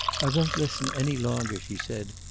i won't listen any longer, she said.